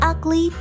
Ugly